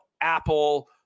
Apple